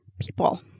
people